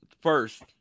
first